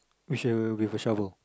with a with a shovel